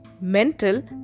mental